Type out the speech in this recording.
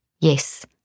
Yes